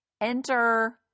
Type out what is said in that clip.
Enter